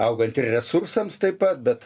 augant ir resursams taip pat bet